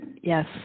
Yes